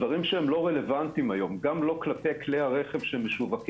דברים שהם לא רלוונטיים היום גם לא כלפי כלי הרכב שמשווקים,